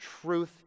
truth